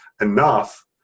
enough